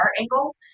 angle